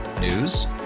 News